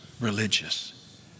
religious